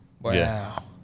Wow